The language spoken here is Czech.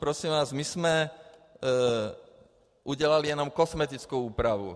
Prosím vás, my jsme udělali jenom kosmetickou úpravu.